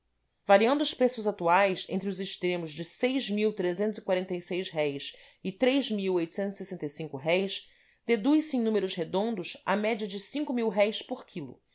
variando os preços atuais entre os extremos de reis e deduz se em números redondos a média de réis por quilo